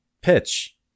pitch